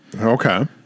Okay